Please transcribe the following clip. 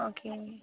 okay